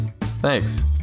Thanks